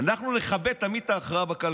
אנחנו נכבד תמיד את ההכרעה בקלפי.